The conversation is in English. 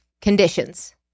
conditions